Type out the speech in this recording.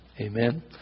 amen